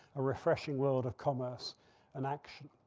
a refreshing world of commerce and action.